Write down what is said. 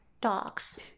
dogs